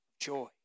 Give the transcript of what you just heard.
Joy